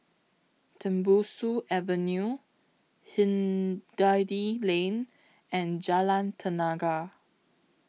Tembusu Avenue Hindhede Lane and Jalan Tenaga